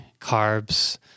carbs